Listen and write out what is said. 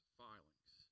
filings